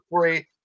three